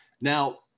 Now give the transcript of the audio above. Now